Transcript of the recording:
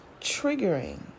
triggering